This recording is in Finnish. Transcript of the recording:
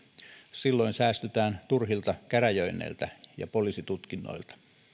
silloin säästytään turhilta käräjöinneiltä ja poliisitutkinnoilta